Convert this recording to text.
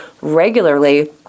regularly